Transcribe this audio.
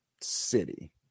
city